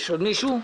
עוד מישהו?